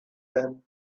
them